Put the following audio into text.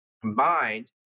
combined